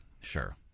Sure